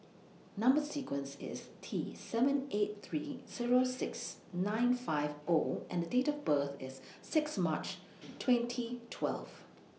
Number sequence IS T seven eight three Zero six nine five O and Date of birth IS six March twenty twelve